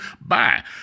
bye